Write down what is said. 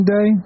Day